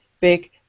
big